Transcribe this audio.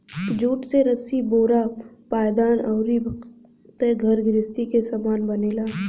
jute से रसरी बोरा पायदान अउरी बहुते घर गृहस्ती के सामान बनेला